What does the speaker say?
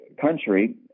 country